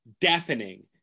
deafening